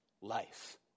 life